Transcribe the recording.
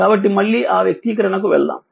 కాబట్టి మళ్ళీ ఆ వ్యక్తీకరణకు వెళ్దాం